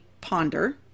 ponder